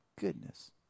goodness